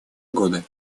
годы